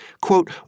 Quote